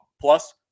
Plus